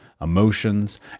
emotions